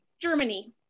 Germany